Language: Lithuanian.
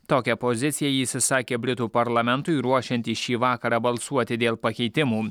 tokią poziciją jis išsakė britų parlamentui ruošiantis šį vakarą balsuoti dėl pakeitimų